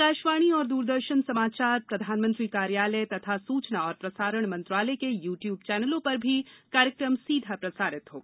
आकाशवाणी और द्रदर्शन समाचार प्रधानमंत्री कार्यालय तथा सूचना और प्रसारण मंत्रालय के यूट्यूब चैनलों पर भी कार्यक्रम सीधा प्रसारित होगा